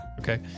Okay